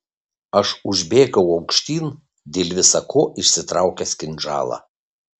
aš užbėgau aukštyn dėl visa ko išsitraukęs kinžalą